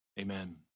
Amen